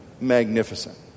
magnificent